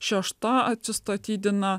šešta atsistatydina